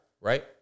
right